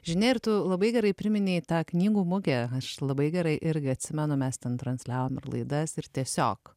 žinia ir tu labai gerai priminei tą knygų mugę aš labai gerai irgi atsimenu mes ten transliavom ir laidas ir tiesiog